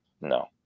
no